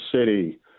City